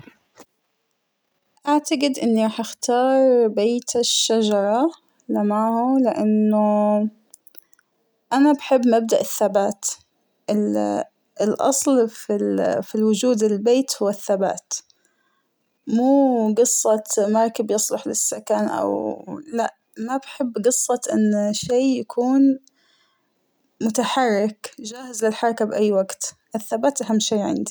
أعتقد أنى راح اختاربيت الشجرة لماهو لأنه أنا بحب مبدأ الثبات ، ال الأصل فى ال فى الوجود: البيت هو الثبات ،مو قصة مركب يصلح للسكن أو لا، ما بحب قصة أن شى يكون متحرك جاهز للحركة بأى وقت ، الثبات أهم شى عندى.